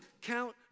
count